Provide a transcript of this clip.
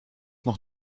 noch